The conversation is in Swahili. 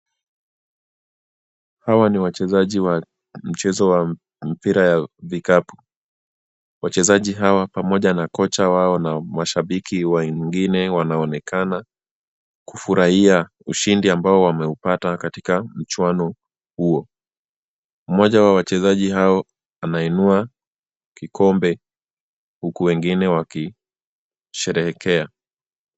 Hawa ni wachezaji wa mchezo wa mpira ya vikapu. Wachezaji hawa pamoja na kocha wao na mashabiki wengine wanaonekana kufurahia ushindi ambao wameupata katika mchuano huo. Mmoja wa wachezaji hao anainua kikombe huku wengine wakisherehekea.